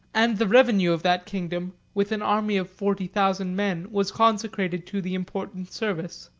and the revenue of that kingdom, with an army of forty thousand men, was consecrated to the important service.